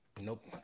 Nope